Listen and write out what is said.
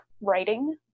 writing